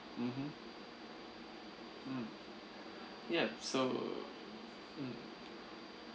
mmhmm mm yup so mm